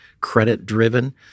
credit-driven